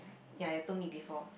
ya you told me before